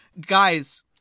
guys